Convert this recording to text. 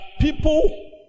people